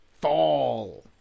fall